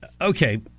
Okay